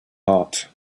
heart